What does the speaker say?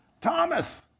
Thomas